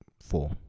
four